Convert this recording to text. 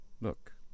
Look